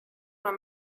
man